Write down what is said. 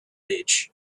age